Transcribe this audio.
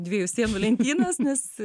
dviejų sienų lentynas nes